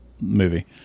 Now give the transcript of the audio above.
movie